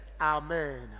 amen